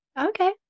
Okay